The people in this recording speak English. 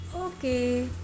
okay